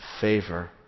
favor